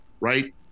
right